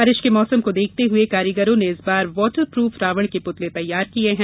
बारिश के मौसम को देखते हए कारीगरों ने इस बार वाटरप्रफ रावण के पूतले तैयार किये हैं